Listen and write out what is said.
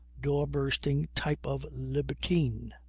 door bursting type of libertine.